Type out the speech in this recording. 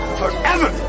Forever